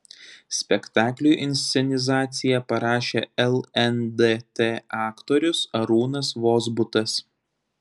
spektakliui inscenizaciją parašė lndt aktorius arūnas vozbutas